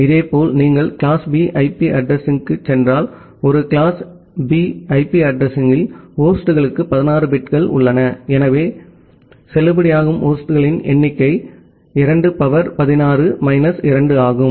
இதேபோல் நீங்கள் class B IP அட்ரஸிங்க்குச் சென்றால் ஒரு கிளாஸ் B ஐபி அட்ரஸிங்யில் ஹோஸ்ட்களுக்கு 16 பிட்கள் உள்ளன எனவே அதாவது செல்லுபடியாகும் ஹோஸ்ட்களின் எண்ணிக்கை 2 சக்தி 16 மைனஸ் 2 ஆகும்